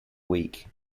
week